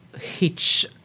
hitch